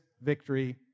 victory